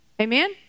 Amen